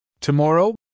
Tomorrow